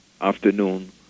afternoon